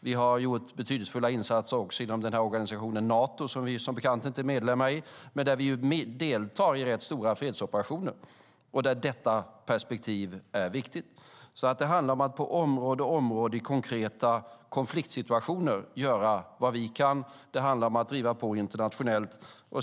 Vi har gjort betydelsefulla insatser också inom organisationen Nato, som vi som bekant inte är medlemmar i men där vi deltar i rätt stora fredsoperationer och där detta perspektiv är viktigt. Det handlar om att på område efter område i konkreta konfliktsituationer göra vad vi kan. Det handlar om att driva på internationellt.